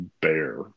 bear